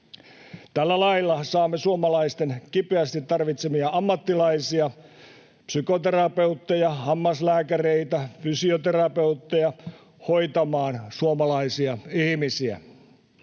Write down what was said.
Tällä lailla saamme suomalaisten kipeästi tarvitsemia ammattilaisia, psykoterapeutteja, hammaslääkäreitä, fysioterapeutteja, hoitamaan suomalaisia ihmisiä.